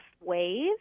ways